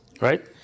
Right